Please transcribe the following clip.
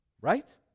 Right